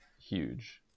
huge